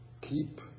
keep